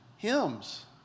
Hymns